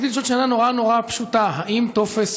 רציתי לשאול שאלה נורא נורא פשוטה: האם טופס